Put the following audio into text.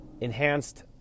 enhanced